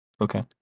Okay